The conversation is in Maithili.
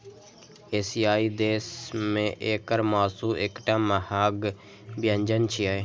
एशियाई देश मे एकर मासु एकटा महग व्यंजन छियै